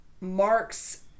Mark's